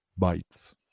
bytes